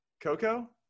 coco